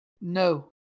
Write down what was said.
No